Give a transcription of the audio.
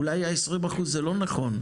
אולי ה- 20% זה לא נכון,